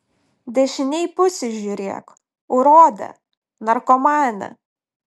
dešinėj pusėj žiūrėk urode narkomane